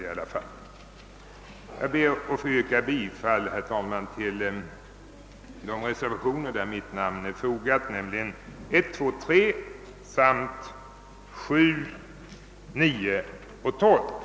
Jag ber, herr talman, att få yrka bifall till de reservationer till vilka mitt namn är fogat, nämligen I, II, III samt VII, IX och XII.